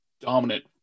dominant